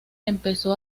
empezó